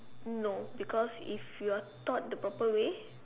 no because if you are taught the proper way